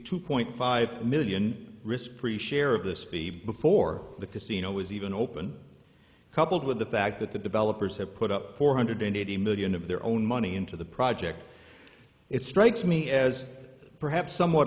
two point five million risk free share of the speed before the casino is even open coupled with the fact that the developers have put up four hundred eighty million of their own money into the project it strikes me as perhaps somewhat